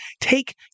take